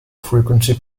frequency